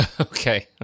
Okay